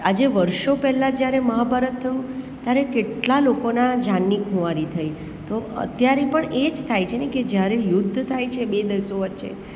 આજે વર્ષો પહેલાં જ્યારે મહાભારત થયું ત્યારે કેટલા લોકોના જાનની ખુમારી થઈ તો અત્યારે પણ એ જ થાય છેને કે જ્યારે યુદ્ધ થાય છે બે દેશો વચ્ચે